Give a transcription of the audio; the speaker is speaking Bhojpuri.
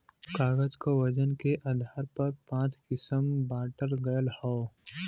कागज क वजन के आधार पर पाँच किसम बांटल गयल हौ